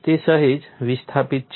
તે સહેજ વિસ્થાપિત છે